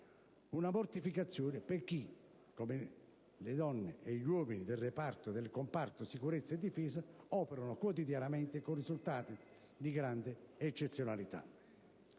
una mortificazione per chi, come le donne e gli uomini del comparto Sicurezza e Difesa, opera quotidianamente con risultati di grande eccezionalità.